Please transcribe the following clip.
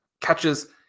catches